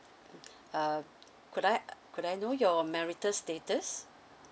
uh could I could I know your marital status